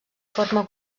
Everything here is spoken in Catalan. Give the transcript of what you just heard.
forma